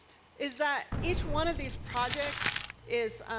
is that each one of these projects is